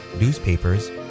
newspapers